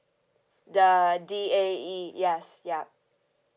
the D_A_E yes yup